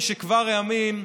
משכבר הימים.